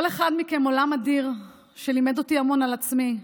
כל אחד מכם עולם אדיר שלימד אותי המון על עצמי,